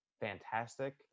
fantastic